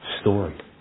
story